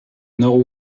nord